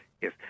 Yes